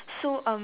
so um